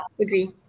agree